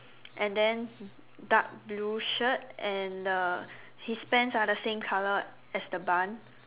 and then dark blue shirt and the his pants are the same colour as the barn